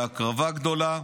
בהקרבה גדולה,